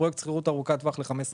פרויקט שכירות ארוכת טווח ל-15 שנים.